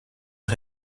est